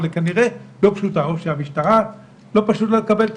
אבל היא כנראה לא פשוטה או שהמשטרה לא פשוט לה לקבל את